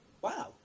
Wow